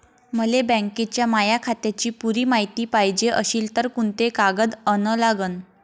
मले बँकेच्या माया खात्याची पुरी मायती पायजे अशील तर कुंते कागद अन लागन?